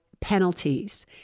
penalties